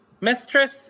Mistress